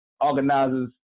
organizers